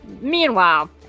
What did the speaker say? Meanwhile